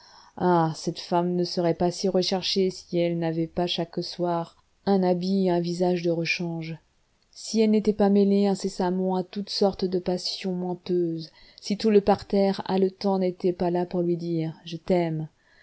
ah cette femme ne serait pas si recherchée si elle n'avait pas chaque soir un habit et un visage de rechange si elle n'était pas mêlée incessamment à toutes sortes de passions menteuses si tout le parterre haletant n'était pas là pour lui dire je t'aime